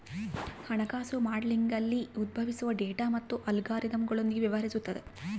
ಹಣಕಾಸು ಮಾಡೆಲಿಂಗ್ನಲ್ಲಿ ಉದ್ಭವಿಸುವ ಡೇಟಾ ಮತ್ತು ಅಲ್ಗಾರಿದಮ್ಗಳೊಂದಿಗೆ ವ್ಯವಹರಿಸುತದ